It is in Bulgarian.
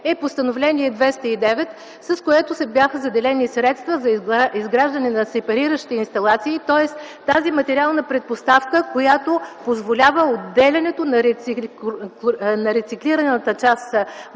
е Постановление № 209, с което бяха заделени средства за изграждане на сепариращи инсталации. Тоест тази материална предпоставка, която позволява отделянето на подлежащата на